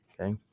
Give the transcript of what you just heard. Okay